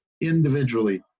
individually